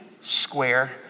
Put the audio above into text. square